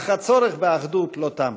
אך הצורך באחדות לא תם,